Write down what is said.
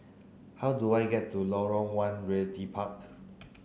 how do I get to Lorong one Realty Part